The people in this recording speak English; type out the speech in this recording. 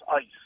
ice